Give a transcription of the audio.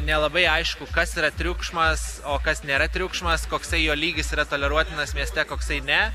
nelabai aišku kas yra triukšmas o kas nėra triukšmas koksai jo lygis yra toleruotinas mieste koksai ne